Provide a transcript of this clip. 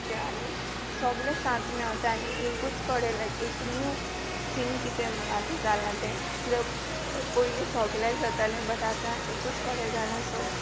आनी सोगलें सांत मेवटा आनी एकूच कोडे लायक एक नीव थींग किदें म्होण आतां जालां तें किद्याक पोयलीं सगल्यांक जातालें बट आतां एकूच कोडे जालां सो